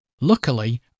Luckily